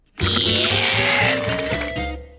Yes